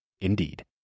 Indeed